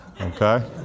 okay